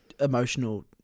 emotional